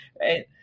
right